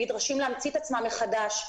הם נדרשים להמציא את עצמם מחדש,